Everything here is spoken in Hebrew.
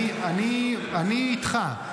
אני איתך.